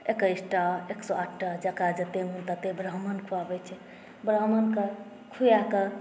एकैसटा एक सए आठटा जकरा जतेक मन ब्राम्हण खुआबैत छै ब्राम्हणकेँ खुआए कऽ